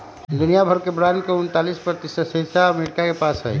दुनिया भर के बांड के उन्तालीस प्रतिशत हिस्सा अमरीका के पास हई